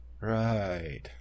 Right